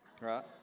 right